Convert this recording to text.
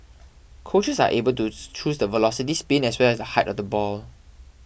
coaches are able tooth choose the velocity spin as well as the height of the ball